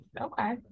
Okay